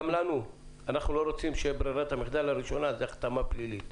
גם אנחנו לא רוצים שבררת המחדל הראשונה תהיה הכתמה פלילית.